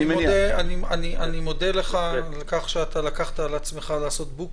אני מודה לך על כך שלקחת על עצמך לעשות בוק